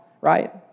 Right